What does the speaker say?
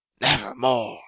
Nevermore